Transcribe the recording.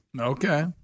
Okay